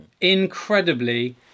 Incredibly